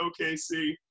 OKC